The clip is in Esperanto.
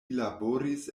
laboris